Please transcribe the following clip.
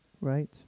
Right